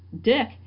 dick